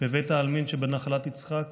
בבית העלמין שבנחלת יצחק